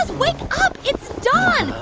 wake up. it's dawn.